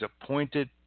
appointed